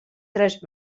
tres